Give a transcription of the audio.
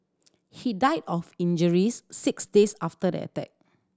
he died of injuries six days after the attack